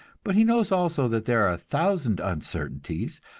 but he knows also that there are a thousand uncertainties,